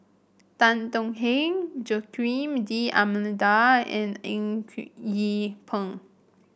Tan Tong Hye Joaquim D'Almeida and Eng Yee Peng